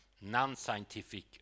non-scientific